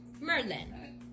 Merlin